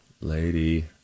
Lady